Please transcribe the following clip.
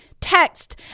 text